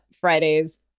Fridays